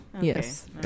yes